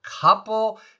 couple